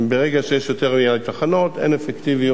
ברגע שיש יותר מדי תחנות, אין אפקטיביות